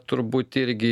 turbūt irgi